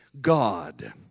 God